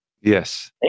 Yes